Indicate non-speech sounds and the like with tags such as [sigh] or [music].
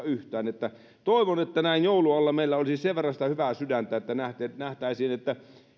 [unintelligible] yhtään toivon että näin joulun alla meillä olisi sen verran sitä hyvää sydäntä että nähtäisiin että